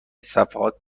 صفحات